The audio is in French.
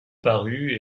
parut